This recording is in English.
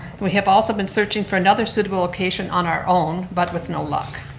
we have also been searching for another suitable location on our own but with no luck.